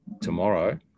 tomorrow